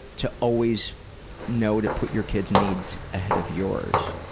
to always know to put your kids' needs ahead of yours.